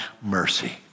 mercy